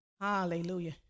Hallelujah